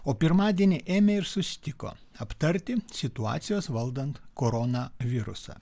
o pirmadienį ėmė ir susitiko aptarti situacijos valdant koronavirusą